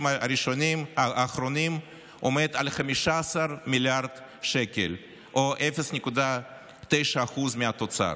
האחרונים עומד על 15 מיליארד שקל או 0.9% מהתוצר.